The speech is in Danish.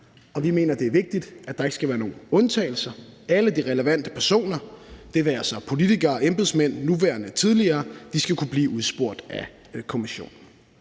og vi mener, det er vigtigt, at der ikke skal være nogen undtagelser. Alle de relevante personer – det være sig politikere, embedsmænd, nuværende og tidligere – skal kunne blive udspurgt af kommissionen.